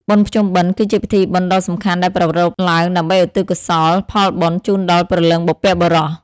បុណ្យភ្ជុំបិណ្ឌ គឺជាពិធីបុណ្យដ៏សំខាន់ដែលប្រារព្ធឡើងដើម្បីឧទ្ទិសកុសលផលបុណ្យជូនដល់ព្រលឹងបុព្វបុរស។